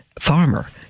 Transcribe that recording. farmer